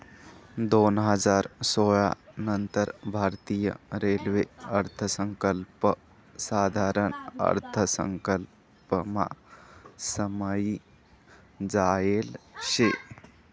दोन हजार सोळा नंतर भारतीय रेल्वे अर्थसंकल्प साधारण अर्थसंकल्पमा समायी जायेल शे